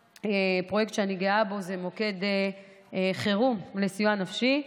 פרויקט שאני גאה בו זה מוקד חירום לסיוע נפשי.